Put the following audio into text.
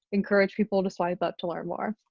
encourage people to swipe up to learn more.